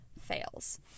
fails